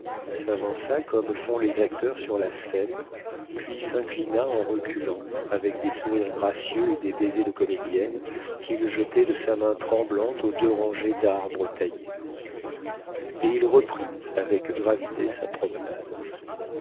s'avança comme font les acteurs sur la scène puis s'inclina en reculant avec des sourires gracieux et des baisers de comédienne qu'il jetait de sa main tremblante aux deux rangées d'arbres taillés et il reprit avec gravité sa promenade